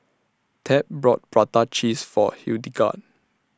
Tab brought Prata Cheese For Hildegard